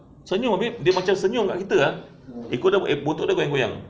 senyum abeh dia macam senyum kat kita ah ekor dia eh bontot dia goyang-goyang